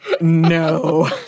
no